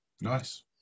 nice